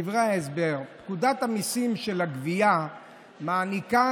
דברי הסבר: "פקודת המיסים (גבייה) מעניקה